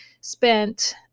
spent